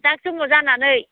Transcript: दा जोंल' जानानै